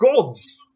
gods